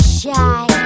shy